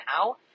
now